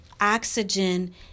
oxygen